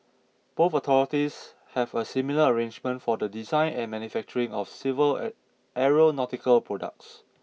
both authorities have a similar arrangement for the design and manufacturing of civil aeronautical products